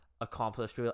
accomplished